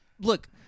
look